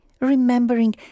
remembering